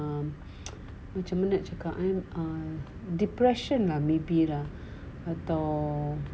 um which macam mana nak cakap eh ah depression lah maybe lah